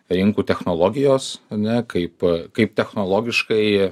rinkų technologijos ane kaip kaip technologiškai